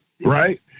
Right